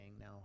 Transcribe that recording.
Now